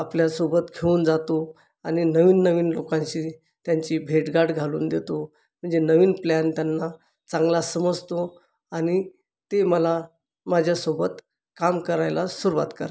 आपल्यासोबत घेऊन जातो आणि नवीन नवीन लोकांशी त्यांची भेट गाठ घालून देतो म्हणजे नवीन प्लॅन त्यांना चांगला समजतो आणि ते मला माझ्यासोबत काम करायला सुरुवात करतात